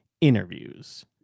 interviews